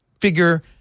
figure